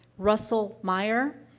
russell meyer?